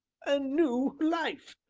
a new life!